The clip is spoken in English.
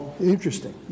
interesting